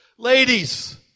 Ladies